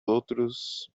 outros